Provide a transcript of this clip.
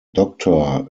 doctor